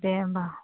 दे होमबा